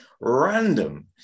random